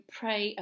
pray